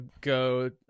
go